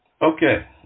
Okay